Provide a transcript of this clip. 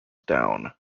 down